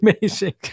amazing